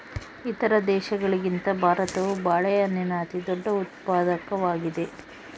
ಇತರ ದೇಶಗಳಿಗಿಂತ ಭಾರತವು ಬಾಳೆಹಣ್ಣಿನ ಅತಿದೊಡ್ಡ ಉತ್ಪಾದಕವಾಗಿದೆ